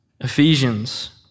Ephesians